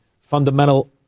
fundamental